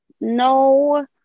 no